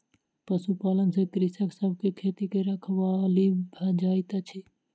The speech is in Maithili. पशुपालन से कृषक सभ के खेती के रखवाली भ जाइत अछि